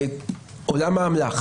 עולם האמל"ח